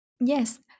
Yes